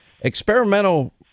experimental